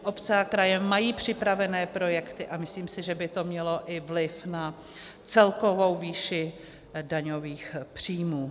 Obce a kraje mají připravené projekty a myslím si, že by to mělo i vliv na celkovou výši daňových příjmů.